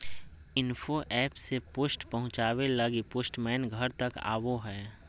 info app से post पहुचावे लगी पोस्टमैन घर तक आवो हय